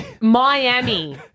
Miami